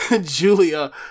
Julia